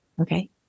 Okay